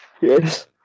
Yes